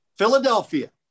Philadelphia